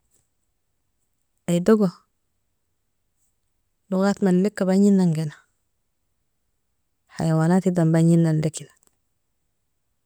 Aidogo, لغات malleka bagnan gena, hayawanatidan baginanlakini.